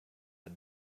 had